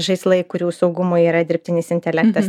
žaislai kurių saugumo yra dirbtinis intelektas